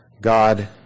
God